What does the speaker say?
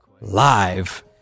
live